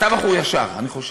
אתה בחור ישר, אני חושב.